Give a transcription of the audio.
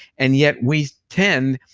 and yet we tend,